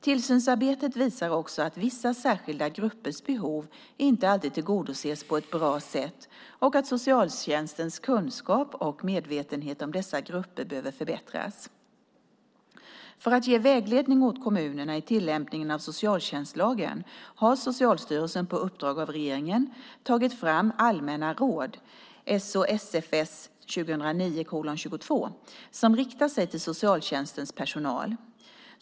Tillsynsarbetet visar också att vissa särskilda gruppers behov inte alltid tillgodoses på ett bra sätt och att socialtjänstens kunskap och medvetenhet om dessa grupper behöver förbättras. För att ge vägledning åt kommunerna i tillämpningen av socialtjänstlagen har Socialstyrelsen på uppdrag av regeringen tagit fram allmänna råd som riktar sig till socialtjänstens personal.